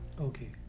Okay